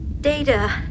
Data